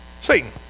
Satan